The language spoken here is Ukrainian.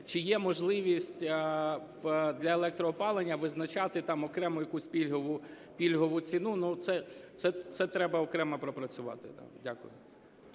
чи є можливість для електроопалення визначати окремо якусь пільгову ціну. Це треба окремо пропрацювати. Дякую.